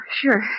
sure